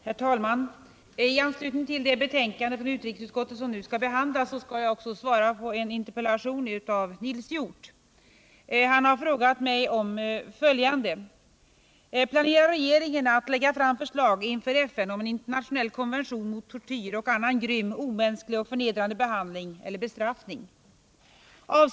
Herr talman! I anslutning till det betänkande från utrikesutskottet som nu skall behandlas skall jag också svara på en interpellation av Nils Hjorth. Han har frågat mig om följande: 1. Planerar regeringen att lägga fram förslag inför FN om en internationell konvention mot tortyr och annan grym, omänsklig och förnedrande behandling eller bestraffning? 2.